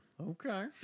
Okay